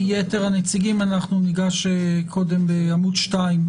יתר הנציגים ניגש קודם לעמוד 2,